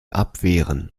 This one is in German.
abwehren